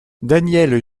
daniel